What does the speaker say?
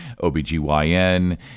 OBGYN